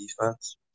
defense